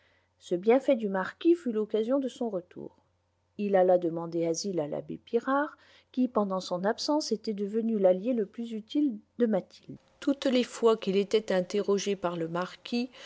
ce bienfait du marquis fut l'occasion de son retour il alla demander asile à l'abbé pirard qui pendant son absence était devenu l'allié le plus utile de mathilde toutes les fois qu'il était interrogé par le marquis